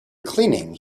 cleaning